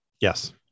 Yes